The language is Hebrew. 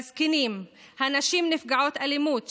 הזקנים הנשים נפגעות האלימות,